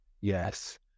Yes